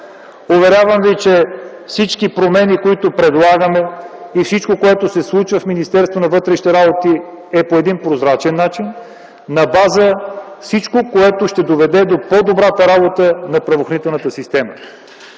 Уверявам ви, че всички промени, които предлагаме, и всичко, което се случва в Министерството на вътрешните работи, е по един прозрачен начин, на базата на всичко, което ще доведе до по-добрата работа на правоохранителната система.